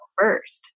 first